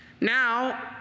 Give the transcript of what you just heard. Now